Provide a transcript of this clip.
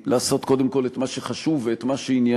לעשות קודם כול את מה שחשוב ואת מה שענייני,